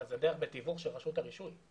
אבל בדרך בתיווך של רשות הרישוי.